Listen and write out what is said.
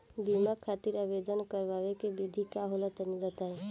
बीमा खातिर आवेदन करावे के विधि का होला तनि बताईं?